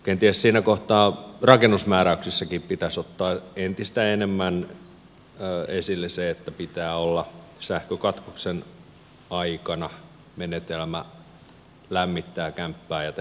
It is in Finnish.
kenties siinä kohtaa rakennusmääräyksissäkin pitäisi ottaa entistä enemmän esille se että pitää olla sähkökatkoksen aikana menetelmä lämmittää kämppää ja tehdä ruokaa